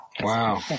Wow